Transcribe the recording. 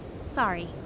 sorry